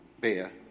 bear